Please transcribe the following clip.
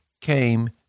came